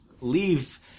leave